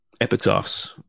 epitaphs